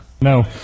No